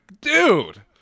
dude